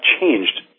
changed